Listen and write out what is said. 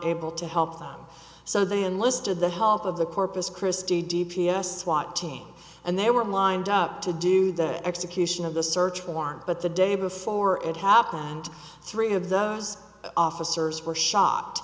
able to help them so they enlisted the help of the corpus christi d p s swat team and they were lined up to do the execution of the search warrant but the day before it happened and three of those officers were sho